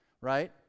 right